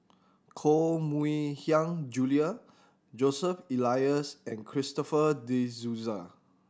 Koh Mui Hiang Julie Joseph Elias and Christopher De Souza